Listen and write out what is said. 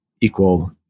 equal